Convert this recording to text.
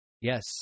Yes